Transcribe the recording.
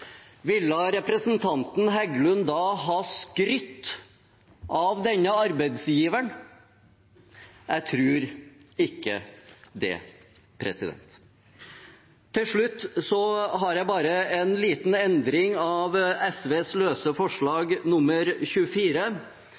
ha skrytt av denne arbeidsgiveren? Jeg tror ikke det. Til slutt har jeg en liten endring av SVs løse forslag nr. 24.